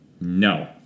No